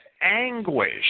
anguish